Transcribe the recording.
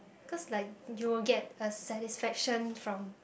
cause like you will get a satisfaction from